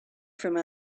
from